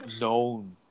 known